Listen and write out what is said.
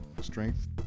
strength